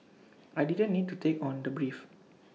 I didn't need to take on the brief